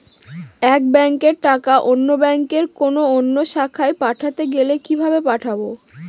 এক ব্যাংকের টাকা অন্য ব্যাংকের কোন অন্য শাখায় পাঠাতে গেলে কিভাবে পাঠাবো?